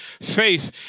faith